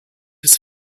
his